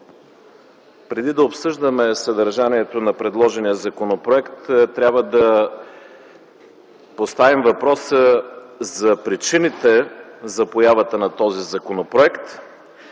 Преди да обсъждаме съдържанието на предложения законопроект, трябва да поставим въпроса за причините за появата на този законопроект